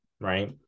right